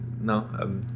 No